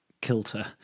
kilter